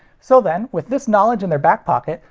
so then, with this knowledge in their back pocket,